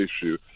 issue